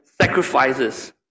sacrifices